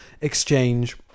exchange